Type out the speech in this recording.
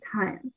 times